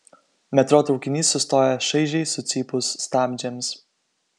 metro traukinys sustoja šaižiai sucypus stabdžiams